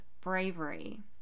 bravery